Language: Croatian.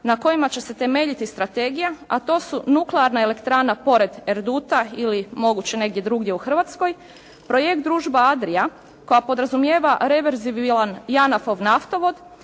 na kojima će se temeljiti strategija a to su: nuklearna elektrana pored Erduta ili moguće negdje drugdje u Hrvatskoj, projekt družba Adria koja podrazumijeva reverzibilan JANAF-ov naftovod,